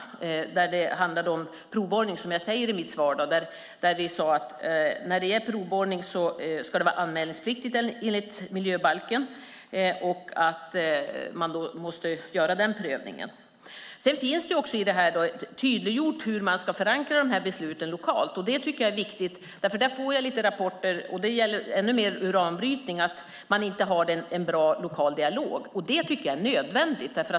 Det handlar om provborrning, som jag säger i mitt svar. Vi sade att när det är provborrning ska det vara anmälningspliktigt enligt miljöbalken, och man måste göra den prövningen. Det finns också tydliggjort hur man ska förankra besluten lokalt. Det är viktigt. Där får jag lite rapporter, och det gäller ännu mer uranbrytning, att man inte har en bra lokal dialog. Det är nödvändigt.